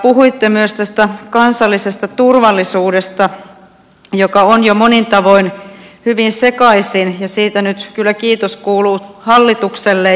puhuitte myös tästä kansallisesta turvallisuudesta joka on jo monin tavoin hyvin sekaisin ja siitä kiitos kuuluu nyt kyllä hallitukselle